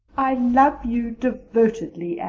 love you devotedly,